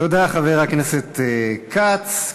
תודה, חבר הכנסת כץ.